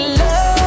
love